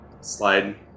slide